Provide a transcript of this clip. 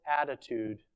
attitude